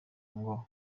ngo